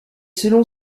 selon